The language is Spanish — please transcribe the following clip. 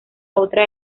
otra